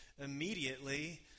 immediately